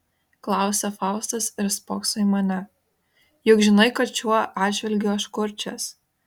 klausia faustas ir spokso į mane juk žinai kad šiuo atžvilgiu aš kurčias